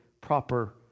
proper